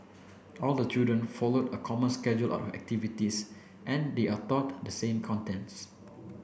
all the children follow a common schedule of activities and they are taught the same contents